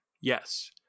yes